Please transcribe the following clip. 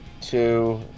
two